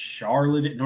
Charlotte